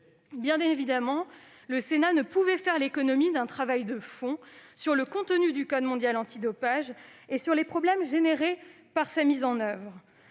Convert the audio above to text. Bien évidemment, le Sénat ne pouvait faire l'économie d'un travail de fond sur le contenu du code mondial antidopage et les problèmes engendrés par sa mise en oeuvre.